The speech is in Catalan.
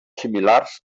similars